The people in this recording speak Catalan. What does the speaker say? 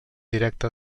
directe